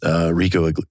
Rico